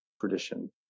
tradition